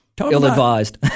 ill-advised